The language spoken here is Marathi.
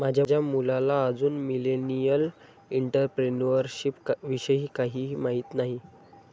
माझ्या मुलाला अजून मिलेनियल एंटरप्रेन्युअरशिप विषयी काहीही माहित नाही